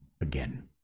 again